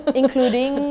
including